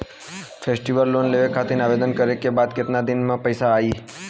Festival loan लेवे खातिर आवेदन करे क बाद केतना दिन म पइसा आई?